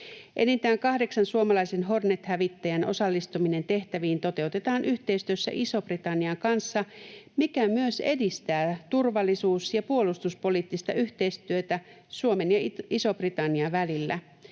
Enintään kahdeksan suomalaisen Hornet-hävittäjän osallistuminen tehtäviin toteutetaan yhteistyössä Ison-Britannian kanssa, mikä myös edistää turvallisuus‑ ja puolustuspoliittista yhteistyötä Suomen ja Ison-Britannian välillä.